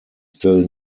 still